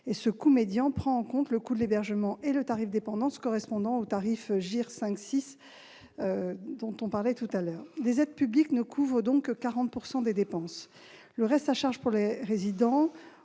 Ce coût médian prend en compte le coût de l'hébergement et le tarif dépendance correspondant au tarif GIR 5-6 dont on parlait précédemment. Les aides publiques ne couvrent donc que 40 % des dépenses. Le reste à charge pour les résidents